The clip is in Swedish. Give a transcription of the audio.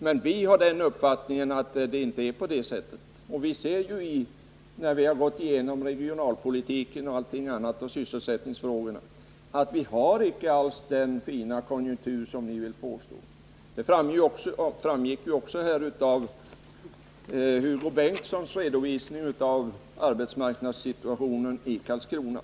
Men vi har den uppfattningen att det inte är så lätt. Nr 164 När vi har gått igenom regionalpolitiken och sysselsättningsfrågorna har vi sett att konjunkturen icke alls är så fin som ni vill påstå. Det framgick också av Hugo Bengtssons redovisning av arbetsmarknadssituationen i Landskrona.